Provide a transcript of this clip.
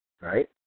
Right